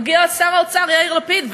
מגיע שר האוצר יאיר לפיד,